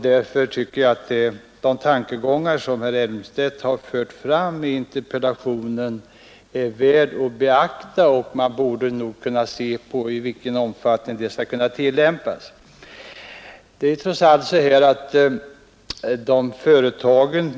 Jag tycker därför att de tankegångar som herr Elmstedt fört fram i interpellationen är värda att beaktas och att det borde vara möjligt att undersöka om de skulle kunna tillämpas.